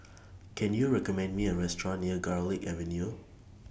Can YOU recommend Me A Restaurant near Garlick Avenue